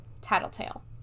tattletale